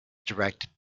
directed